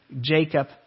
Jacob